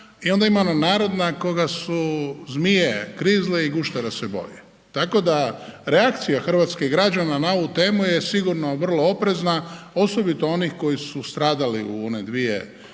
i onda ima ona narodna „koga su zmije grizle i guštera se boji“, tako da reakcija hrvatskih građana na ovu temu je sigurno vrlo oprezna osobito onih kojih su stradali u one dvije bankarske